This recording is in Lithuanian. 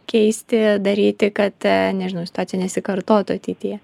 keisti daryti kad nežinau situacija nesikartotų ateityje